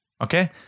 Okay